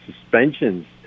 suspensions